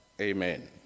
Amen